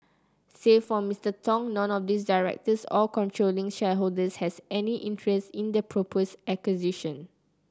save for Mister Tong none of the directors or controlling shareholders has any interest in the proposed acquisition